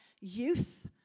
youth